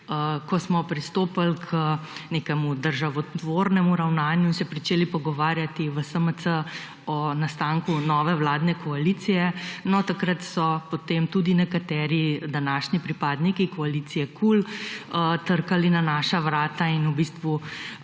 ko smo pristopili k nekemu državotvornemu ravnanju in se pričeli pogovarjati v SMC o nastanku nove vladne koalicije, no takrat so potem tudi nekateri današnji pripadniki koalicije KUL trkali na naša vrata in v bistvu